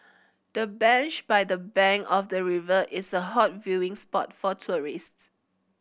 the bench by the bank of the river is a hot viewing spot for tourists